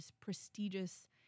prestigious